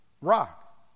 rock